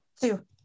Two